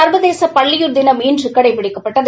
சுர்வதேச பல்லுயிர் தினம் இன்று கடைபிடிக்கப்பட்டது